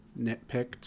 nitpicked